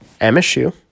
MSU